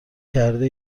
کرده